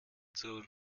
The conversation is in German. zur